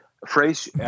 Phrase